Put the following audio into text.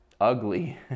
ugly